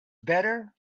better